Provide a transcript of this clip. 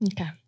Okay